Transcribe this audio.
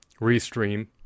Restream